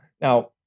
Now